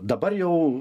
dabar jau